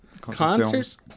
concerts